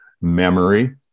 memory